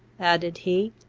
added he,